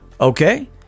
okay